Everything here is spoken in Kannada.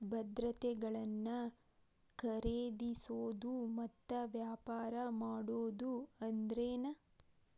ಭದ್ರತೆಗಳನ್ನ ಖರೇದಿಸೋದು ಮತ್ತ ವ್ಯಾಪಾರ ಮಾಡೋದ್ ಅಂದ್ರೆನ